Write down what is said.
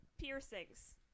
piercings